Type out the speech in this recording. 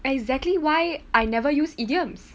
exactly why I never use idioms